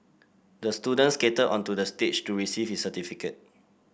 the student skated onto the stage to receive his certificate